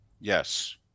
Yes